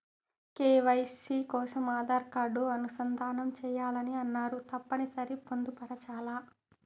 KYC కోసం Aadhaar card అనుసంధానం చేయాలని అన్నరు తప్పని సరి పొందుపరచాలా?